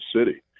City